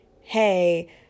hey